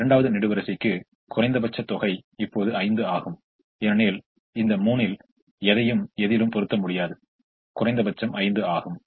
இரண்டாவது நெடுவரிசைக்கு குறைந்தபட்ச தொகை இப்போது 5 ஆகும் ஏனெனில் இந்த 3 இல் எதையும் எதிலும் பொறுத்த முடியாது குறைந்தபட்சம் 5 ஆகும்